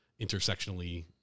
intersectionally